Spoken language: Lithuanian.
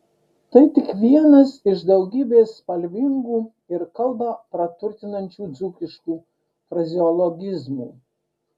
tai tik vienas iš daugybės spalvingų ir kalbą praturtinančių dzūkiškų frazeologizmų